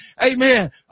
amen